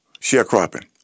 sharecropping